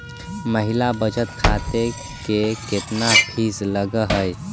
महिला बचत खाते के केतना फीस लगअ हई